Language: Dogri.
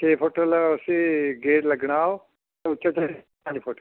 छे फुट गेट लग्गना ओह् ते उच्चा पंज फुट